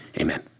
Amen